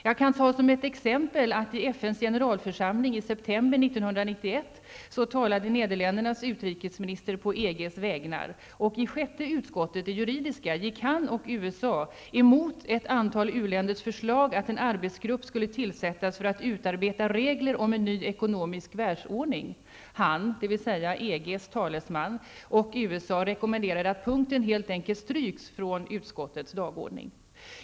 Som ytterligare exempel kan jag ta att i FNs generalförsamling i september 1991 talade emot ett antal u-länders förslag att en arbetsgrupp skulle tillsättas för att utarbeta regler om en ny ekonomisk världsordning. Han, dvs. EGs talesman, och talesmannen för USA rekommenderade att punkten helt enkelt stryks från utskottets dagordning.